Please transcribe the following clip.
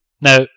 Now